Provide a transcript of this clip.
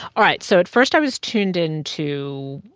all right. so at first, i was tuned into